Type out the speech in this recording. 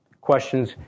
Questions